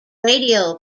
radio